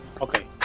Okay